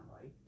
right